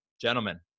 gentlemen